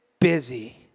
busy